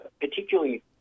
particularly